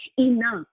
enough